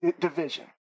division